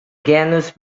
genus